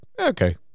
okay